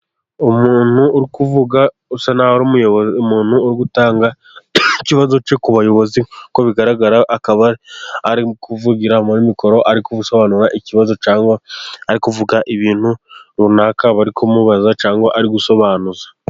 Umuntu uri kuvuga usa n'aho ari umuntu uri gutanga ikibazo cye ku bayobozi. Uko bigaragara akaba ari kuvugira muri mikoro ari gusobanura ikibazo, cyangwa ari kuvuga ibintu runaka. Bari kumubaza cyangwa ari gusobanuza.